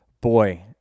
Boy